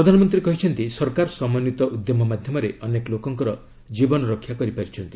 ପ୍ରଧାନମନ୍ତ୍ରୀ କହିଛନ୍ତି ସରକାର ସମନ୍ଧିତ ଉଦ୍ୟମ ମାଧ୍ୟମରେ ଅନେକ ଲୋକଙ୍କର ଜୀବନ ରକ୍ଷା କରିପାରିଛନ୍ତି